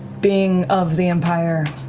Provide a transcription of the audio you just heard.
being of the empire,